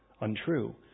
untrue